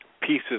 pieces